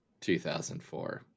2004